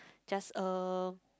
just uh